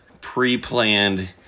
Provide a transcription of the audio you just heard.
pre-planned